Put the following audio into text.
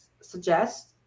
suggest